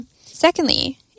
Secondly